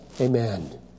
amen